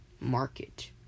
market